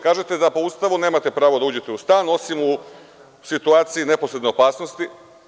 Kažete da po Ustavu nemate pravo da uđete u stan, osim u situaciji, neposredne opasnosti.